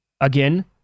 Again